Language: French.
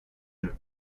jeux